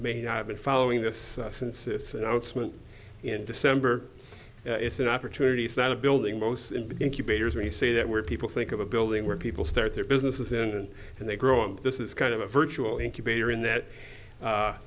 not have been following this since this announcement in december it's an opportunity it's not a building most many say that where people think of a building where people start their businesses and and they grow and this is kind of a virtual incubator in that